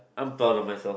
I'm proud of myself